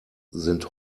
sind